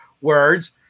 words